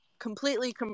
completely